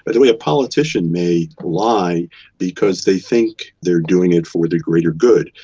but the way, a politician may lie because they think they are doing it for the greater good.